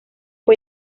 fue